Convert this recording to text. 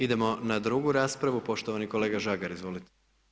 Idemo na drugu raspravu, poštovani kolega Žagar, izvolite.